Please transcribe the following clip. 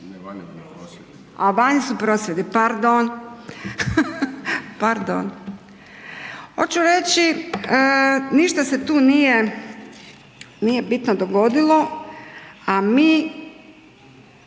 se ne čuje./... A, vani su prosvjedi, pardon. Pardon. Hoću reći, ništa se tu nije bitno dogodilo, a mi